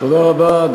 לוין, בבקשה.